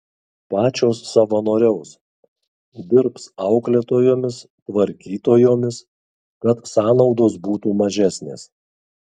pačios savanoriaus dirbs auklėtojomis tvarkytojomis kad sąnaudos būtų mažesnės